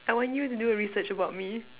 I want you to do a research about me